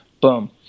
Boom